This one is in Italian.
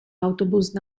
autobus